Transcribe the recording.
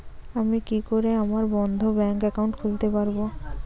আমি কি করে আমার বন্ধ ব্যাংক একাউন্ট খুলতে পারবো?